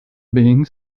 being